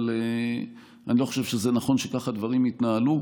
אבל אני לא חושב שזה נכון שכך הדברים יתנהלו.